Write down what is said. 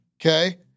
Okay